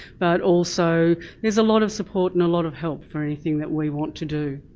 but also there's a lot of support and a lot of help for anything that we want to do.